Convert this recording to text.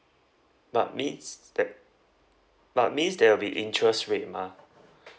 but means that but means there'll be interest rate mah